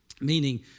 Meaning